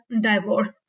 divorce